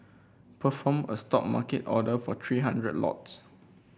perform a Stop market order for three hundred lots